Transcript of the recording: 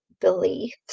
beliefs